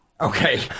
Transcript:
Okay